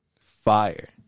Fire